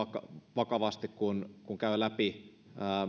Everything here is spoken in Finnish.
vakavasti kun kun käy läpi